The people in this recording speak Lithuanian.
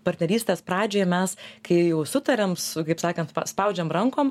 partnerystės pradžioj mes kai jau sutariam su kaip sakant paspaudžiam rankom